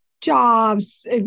jobs